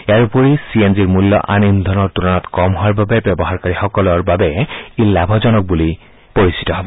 ইয়াৰ উপৰি C N জিৰ মূল্য আন ইন্ধনৰ তূলনাত কম হোৱাৰ বাবে ব্যৱহাৰকাৰীসকলৰ বাবে ই লাভজনক পৰিচিত হব